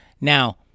Now